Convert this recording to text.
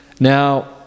Now